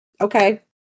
okay